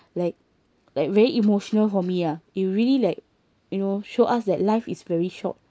like like very emotional for me ah you really like you know show us that life is very short